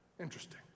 interesting